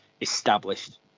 established